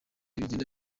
bigenda